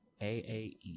AAE